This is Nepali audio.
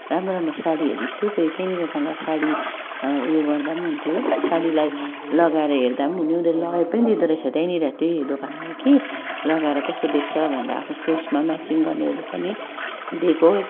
राम्रो राम्रो साडीहरू थियो त्यहीँनिर तँलाई साडी उयो गर्दा पनि हुन्थ्यो साडीलाई लागाएर हेर्दा पनि हुने हो उनीहरूले लगी पनि दिँदो रहेछ त्यहीँनिर त्यही दोकानमै कि लगाएर कस्तो देख्छ भनेर आफ्नो फेसमा म्याचिङ गर्नेहरू पनि दिएको